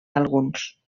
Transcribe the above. d’alguns